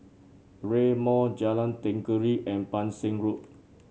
Rail Mall Jalan Tenggiri and Pang Seng Road